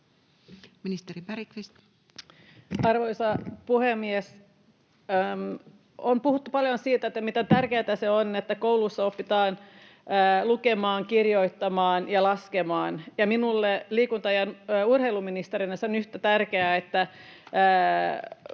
Arvoisa puhemies! On puhuttu paljon siitä, miten tärkeää on, että koulussa opitaan lukemaan, kirjoittamaan ja laskemaan. Minulle liikunta- ja urheiluministerinä yhtä tärkeää on